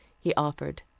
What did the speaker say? he offered.